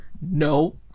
no